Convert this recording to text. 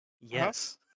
Yes